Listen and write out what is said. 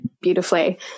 beautifully